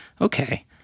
okay